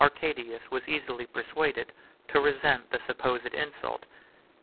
arcadius was easily persuaded to resent the supposed insult